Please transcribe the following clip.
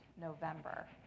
November